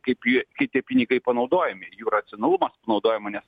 kaip jie kaip tie pinigai panaudojami jų racionalumas naudojimo nes